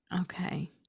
Okay